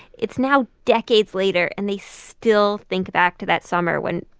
it's now decades later, and they still think back to that summer when,